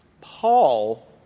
Paul